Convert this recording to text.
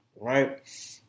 right